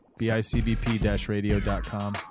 BICBP-radio.com